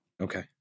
okay